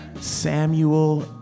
Samuel